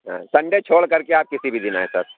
Sunday چھوڑ کر کے آپ کسی بھی دِن آئیں سر